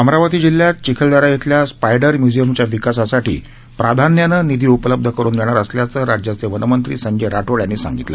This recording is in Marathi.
अमरावती जिल्ह्यात चिखलदरा इथल्या स्पायडर म्युझियमच्या विकासासाठी प्राधान्यानं निधी उपलब्ध करून देणार असल्याचं राज्याचे वनमंत्री संजय राठोड यांनी सांगितलं